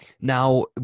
Now